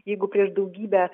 jeigu prieš daugybę